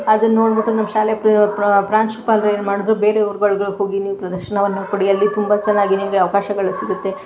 ಅದನ್ನು ನೋಡಿಬಿಟ್ಟು ನಮ್ಮ ಶಾಲೆ ಪ್ರಾಂಶುಪಾಲರು ಏನು ಮಾಡಿದ್ರು ಬೇರೆ ಊರುಗಳಿಗೆ ಹೋಗಿ ನೀವು ಪ್ರದರ್ಶನವನ್ನು ಕೊಡಿ ಅಲ್ಲಿ ತುಂಬ ಚೆನ್ನಾಗಿ ನಿಮಗೆ ಅವಕಾಶಗಳು ಸಿಗುತ್ತೆ